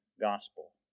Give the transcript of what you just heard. gospel